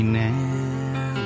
now